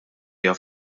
hija